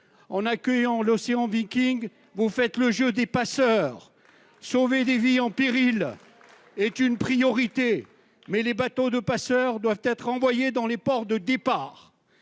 En accueillant l', vous faites le jeu des passeurs. Sauver des vies en péril est une priorité, mais les bateaux de passeurs doivent être renvoyés dans les ports de départ